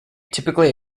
typically